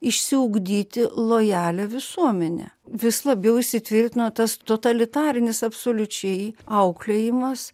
išsiugdyti lojalią visuomenę vis labiau įsitvirtino tas totalitarinis absoliučiai auklėjimas